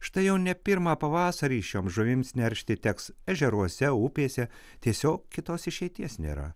štai jau ne pirmą pavasarį šioms žuvims neršti teks ežeruose upėse tiesiog kitos išeities nėra